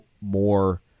more